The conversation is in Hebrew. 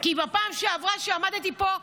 כי בפעם שעברה כשעמדתי פה,